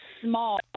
small